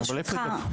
ברשותך.